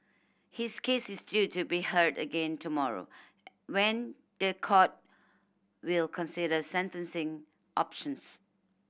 his case is due to be heard again tomorrow when the court will consider sentencing options